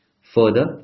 Further